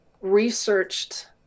researched